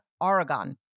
Oregon